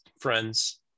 friends